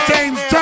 James